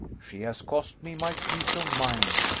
she has cost me my peace of mind,